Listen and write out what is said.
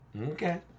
Okay